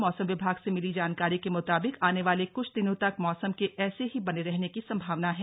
मौसम विभाग से मिली जानकारी के मुताबिक आने वाले कुछ दिनों तक मौसम के ऐसे ही बने रहने की संभावना है